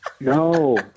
No